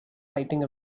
fighting